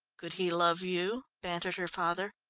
could he love you? bantered her father.